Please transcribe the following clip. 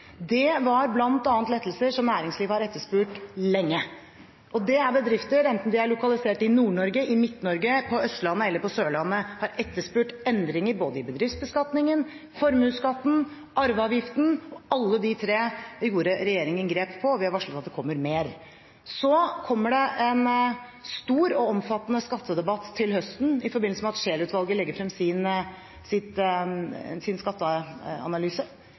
Det var bl.a. lettelser som næringslivet har etterspurt lenge. Det er bedrifter, enten de er lokalisert i Nord-Norge, i Midt-Norge, på Østlandet eller på Sørlandet, som har etterspurt endringer både i bedriftsbeskatningen, formuesskatten og arveavgiften. Alle de tre gjorde regjeringen grep på, og vi har varslet at det kommer mer. Så kommer det en stor og omfattende skattedebatt til høsten i forbindelse med at Scheel-utvalget legger frem sin